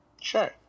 Sure